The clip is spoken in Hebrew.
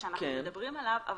שאנחנו מדברים עליו.